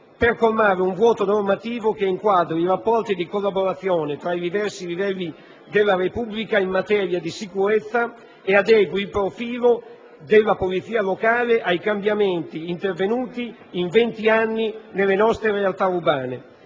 per colmare un vuoto normativo che inquadri i rapporti di collaborazione tra i diversi livelli della Repubblica in materia di sicurezza e adegui il profilo della polizia locale ai cambiamenti intervenuti in 20 anni nelle nostre realtà urbane.